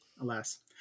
alas